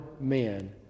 men